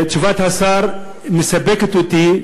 תשובת השר מספקת אותי,